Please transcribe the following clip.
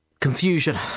confusion